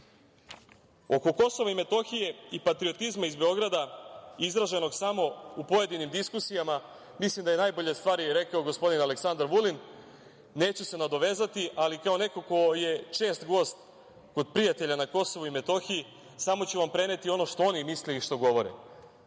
Kosova i Metohije i patriotizma iz Beograda izraženog samo u pojedinim diskusijama, mislim da je najbolje stvari rekao gospodin Aleksandar Vulin. Neću se nadovezati, ali kao neko ko je čest gost kod prijatelja na Kosovu i Metohiji, samo ću vam preneti ono što oni misle i što govore.